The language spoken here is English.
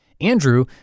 Andrew